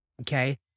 Okay